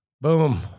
boom